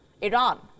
Iran